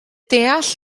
deall